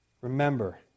Remember